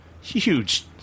huge